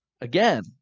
Again